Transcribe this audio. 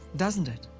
doesn't it?